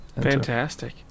Fantastic